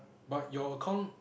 but your account